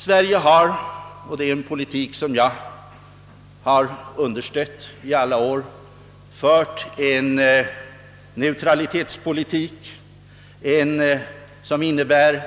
Sverige har fört en neutralitetspolitik, som innebär